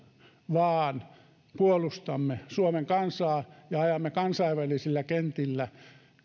vaan puolustamme suomen kansaa ja ajamme kansainvälisillä kentillä